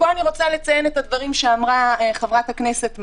פה אני רוצה לציין את הדברים שאמרה חברת הכנסת מארק.